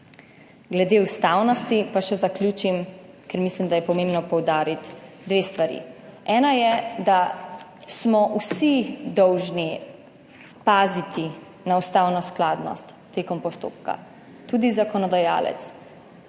Glede ustavnosti pa še zaključim, ker mislim, da je pomembno poudariti dve stvari. Ena je, da smo vsi dolžni paziti na ustavno skladnost med postopkom, tudi zakonodajalec.